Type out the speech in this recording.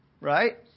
right